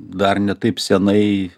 dar ne taip senai